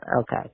okay